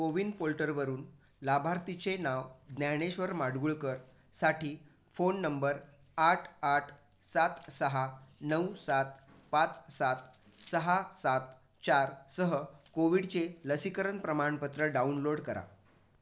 कोविन पोर्टलवरून लाभार्थीचे नाव ज्ञानेश्वर माडगुळकरसाठी फोन नंबर आठ आठ सात सहा नऊ सात पाच सात सहा सात चारसह कोविडचे लसीकरण प्रमाणपत्र डाउनलोड करा